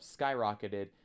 skyrocketed